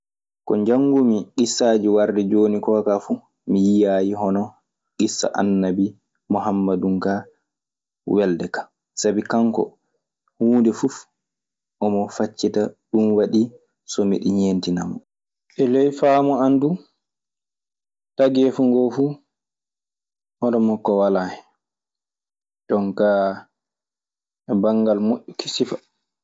Ko njanngumi ŋissaaji warde. jooni koo kaa fu mi yiyaayi hono ŋissa annabi Muhammadun kaa welde kaan. Sabi kanko huunde fuf omo faccita, ɗun waɗi so miɗe ñeentina mo. E ley faamu an duu tageefu ngoo fuu, hono makko walaa hen. Jon kaa e banngal moƴƴuki sifa.